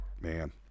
man